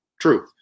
True